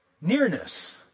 nearness